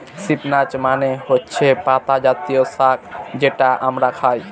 spinach মানে হচ্ছে পাতা জাতীয় শাক যেটা আমরা খায়